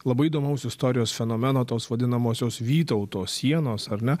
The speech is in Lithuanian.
labai įdomaus istorijos fenomeno tos vadinamosios vytauto sienos ar ne